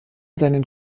seinen